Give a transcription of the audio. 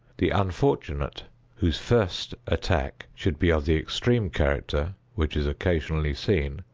the unfortunate whose first attack should be of the extreme character which is occasionally seen,